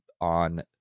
on